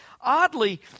Oddly